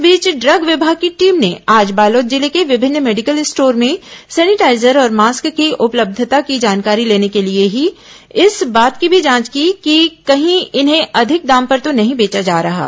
इस बीच ड्रग विभाग की टीम ने आज बालोद जिले के विभिन्न मेडिकल स्टोर में सैनिटाइजर और मास्क की उपलब्यता की जानकारी लेने के साथ ही इस बात की भी जांच की कि कहीं इन्हें अधिक दाम पर तो नहीं बेचा जा रहा है